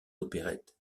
opérettes